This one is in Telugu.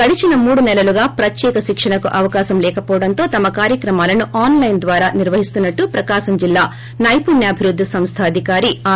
గడచీన మూడు సెలలుగా ప్రత్యేక శిక్షణకు అవకాశం లేకపోవడంతో తమ కార్యక్రమాలను ఆన్ లైన్ ద్వారా నిర్వహిస్తున్నట్లు ప్రకాశం జిల్లా నైపుణ్యాభివృద్ది సంస్థ అధికారి ఆర్